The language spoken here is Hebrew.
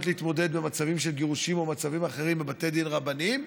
להתמודד במצבים של גירושים או במצבים אחרים בבתי דין רבניים.